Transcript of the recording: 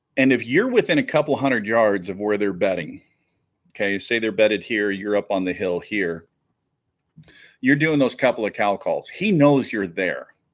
and if you're within a couple hundred yards of where they're bedding okay say they're bedded here you're up on the hill here you're doing those couple of cow calls he knows you're there